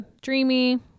dreamy